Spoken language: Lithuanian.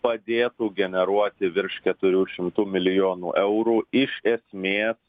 padėtų generuoti virš keturių šimtų milijonų eurų iš esmės